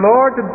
Lord